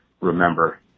Remember